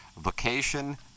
vacation